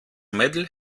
mädel